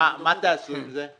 תעשו עם זה?